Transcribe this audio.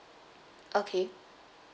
okay